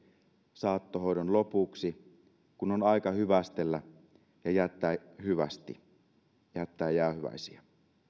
saattohoidon lopuksi kun on aika hyvästellä jättää hyvästit ja jättää jäähyväisiä